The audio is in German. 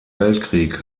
weltkrieg